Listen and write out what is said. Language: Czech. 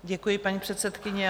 Děkuji, paní předsedkyně.